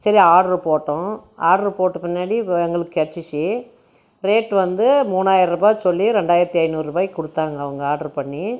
சரி ஆட்ரு போட்டோம் ஆட்ரு போட்ட பின்னாடி எங்களுக்கு கிடைச்சிச்சி ரேட் வந்து மூணாயிரம் ரூபாய் சொல்லி ரெண்டாயிரத்து ஐநூறு ரூபாய்க்கு கொடுத்தாங்க அவங்க ஆட்ரு பண்ணி